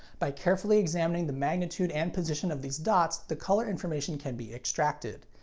by carefully examining the magnitude and position of these dots, the color information can be extracted.